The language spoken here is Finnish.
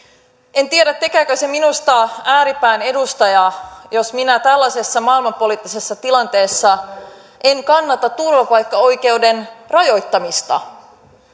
en tiedä tekeekö se minusta ääripään edustajaa jos minä tällaisessa maailmanpoliittisessa tilanteessa en kannata turvapaikkaoikeuden rajoittamista